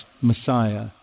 Messiah